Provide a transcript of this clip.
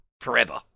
forever